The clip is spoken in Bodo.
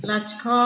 लाथिख'